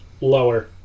lower